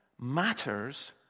matters